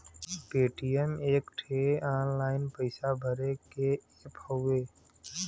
Paytm एक ठे online पइसा भरे के ऐप हउवे